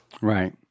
Right